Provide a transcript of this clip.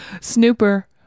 Snooper